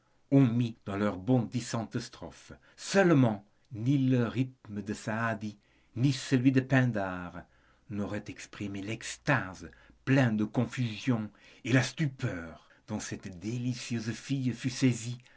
ont mis dans leurs bondissantes strophes seulement ni le rythme de saadi ni celui de pindare n'auraient exprimé l'extase pleine de confusion et la stupeur dont cette délicieuse fille fut saisie